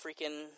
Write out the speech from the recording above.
freaking